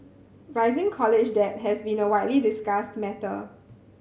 rising college debt has been a widely discussed matter